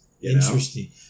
Interesting